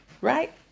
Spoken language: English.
Right